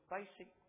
basic